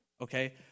Okay